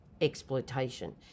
exploitation